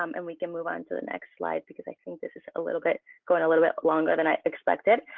um and we can move on to the next slide because i think this is a little bit going a little bit longer than i expected.